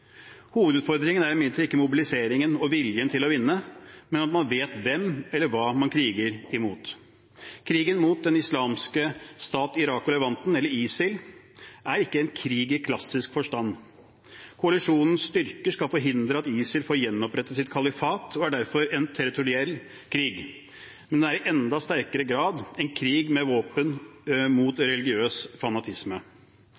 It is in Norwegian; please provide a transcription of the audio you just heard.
Hovedutfordringen er imidlertid ikke mobiliseringen og viljen til å vinne, men at man vet hvem, eller hva, man kriger mot. Krigen mot Den islamske staten Irak og Levanten, eller ISIL, er ikke en krig i klassisk forstand. Koalisjonens styrker skal forhindre at ISIL får gjenopprettet sitt kalifat og er derfor en territoriell krig, men den er i enda sterkere grad en krig med våpen mot